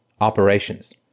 operations